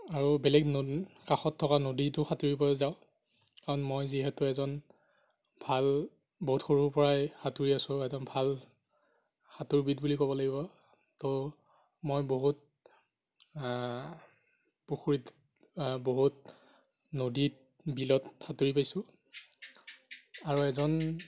আৰু বেলেগ ন কাষত থকা নদীতো সাঁতুৰিব যাওঁ কাৰণ মই যিহেতু এজন ভাল বহুত সৰুৰ পৰাই সাঁতুৰি আছো একদম ভাল সাঁতোৰবিদ বুলি ক'ব লাগিব ত' মই বহুত পুখুৰীত বহুত নদীত বিলত সাঁতুৰি পাইছোঁ আৰু এজন